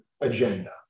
agenda